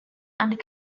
under